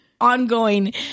ongoing